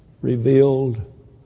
revealed